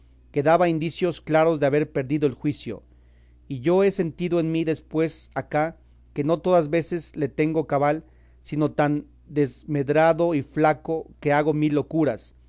que daba indicios claros de haber perdido el juicio y yo he sentido en mí después acá que no todas veces le tengo cabal sino tan desmedrado y flaco que hago mil locuras